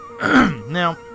Now